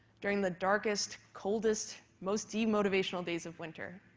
during the darkest, coldest, most demotivational days of winter,